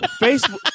Facebook